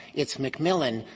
it's mcmillan,